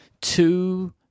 two